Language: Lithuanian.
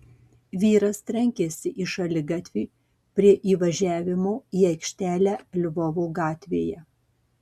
vyras trenkėsi į šaligatvį prie įvažiavimo į aikštelę lvovo gatvėje